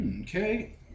Okay